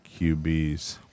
QBs